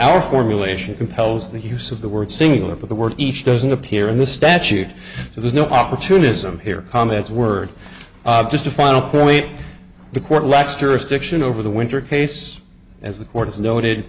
our formulation compels the use of the word singular but the word each doesn't appear in the statute so there's no opportunism here comments were just a final point the court lacks jurisdiction over the winter case as the court is noted